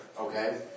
okay